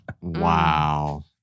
Wow